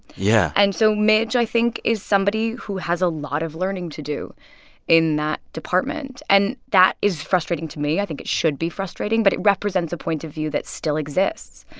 yeah and so midge, i think, is somebody who has a lot of learning to do in that department, and that is frustrating to me. i think it should be frustrating, but it represents a point of view that still exists,